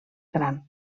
gran